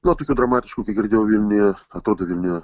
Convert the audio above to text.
na tokių dramatiškų kiek girdėjau vilniuje atrodo vilniuje